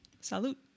Salute